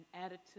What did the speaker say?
Attitude